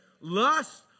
lust